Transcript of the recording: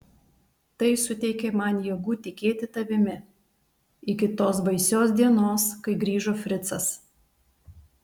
tai suteikė man jėgų tikėti tavimi iki tos baisios dienos kai grįžo fricas